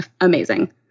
amazing